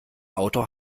autor